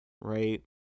Right